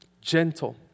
gentle